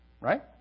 right